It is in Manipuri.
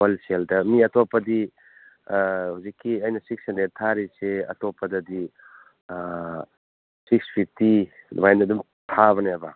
ꯍꯣꯜ ꯁꯦꯜꯗ ꯃꯤ ꯑꯇꯣꯞꯄꯗꯤ ꯍꯧꯖꯤꯛꯀꯤ ꯑꯩꯅ ꯁꯤꯛꯁ ꯍꯟꯗ꯭ꯔꯦꯗ ꯊꯥꯔꯤꯁꯦ ꯑꯇꯣꯞꯄꯗꯗꯤ ꯁꯤꯛꯁ ꯐꯤꯐꯇꯤ ꯑꯗꯨꯃꯥꯏꯅ ꯑꯗꯨꯝ ꯊꯥꯕꯅꯦꯕ